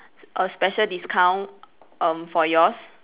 a special discount um for yours